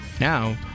Now